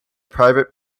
private